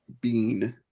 bean